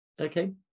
Okay